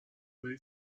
بری